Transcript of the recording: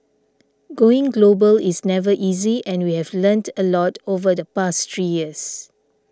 going global is never easy and we have learned a lot over the past three years